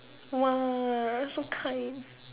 !wow! so kind